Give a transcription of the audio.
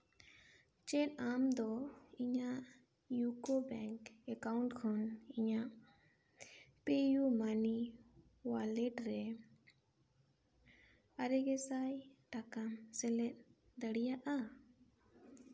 ᱪᱮᱫ ᱟᱢᱫᱚ ᱤᱧᱟᱹᱜ ᱤᱭᱩᱠᱳ ᱵᱮᱝᱠ ᱮᱠᱟᱣᱩᱱᱴ ᱠᱷᱚᱱ ᱤᱧᱟᱹᱜ ᱯᱮ ᱤᱭᱩ ᱢᱟᱱᱤ ᱳᱣᱟᱞᱮᱴ ᱨᱮ ᱟᱨᱮ ᱜᱮᱥᱟᱭ ᱴᱟᱠᱟᱢ ᱥᱮᱞᱮᱫ ᱫᱟᱲᱮᱭᱟᱜᱼᱟ